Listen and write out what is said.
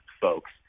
folks